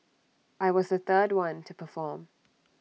I was the third one to perform